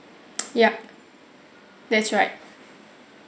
yup that's right